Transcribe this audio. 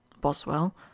Boswell